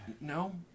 no